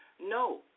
No